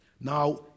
Now